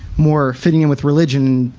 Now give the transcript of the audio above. more fitting in with religion.